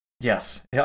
Yes